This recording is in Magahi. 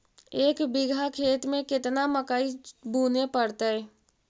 एक बिघा खेत में केतना मकई बुने पड़तै?